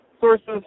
sources